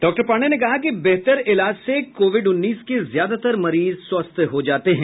doctor Pandey ने कहा कि बेहतर इलाज से कोविड उन्नीस के ज्यादतर मरीज स्वस्थ हो जाते हैं